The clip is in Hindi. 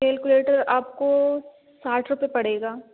कैलकुलेटर आपको साठ रुपये पड़ेगा